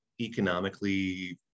economically